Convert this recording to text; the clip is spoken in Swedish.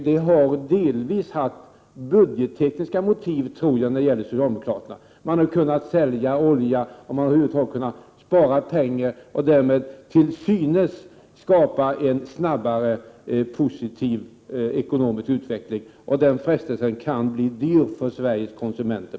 Det har delvis haft budgettekniska motiv när det gäller socialdemokraterna. Man har kunnat sälja olja och över huvud taget spara pengar och därmed till synes kunnat skapa en snabbare positiv ekonomisk utveckling. Den frestelsen kan på sikt bli dyr för Sveriges konsumenter.